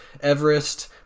Everest